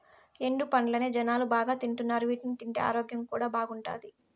ఎండు పండ్లనే జనాలు బాగా తింటున్నారు వీటిని తింటే ఆరోగ్యం కూడా బాగుంటాది